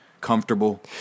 comfortable